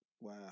Wow